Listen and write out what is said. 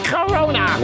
Corona